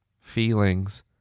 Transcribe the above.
feelings